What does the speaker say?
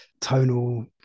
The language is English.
tonal